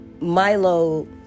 Milo